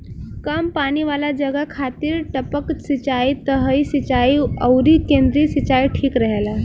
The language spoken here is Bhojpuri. कम पानी वाला जगह खातिर टपक सिंचाई, सतही सिंचाई अउरी केंद्रीय सिंचाई ठीक रहेला